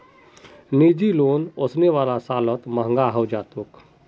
निजी लोन ओसने वाला सालत महंगा हैं जातोक